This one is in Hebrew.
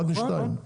אחד משניים.